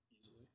easily